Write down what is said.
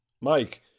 Mike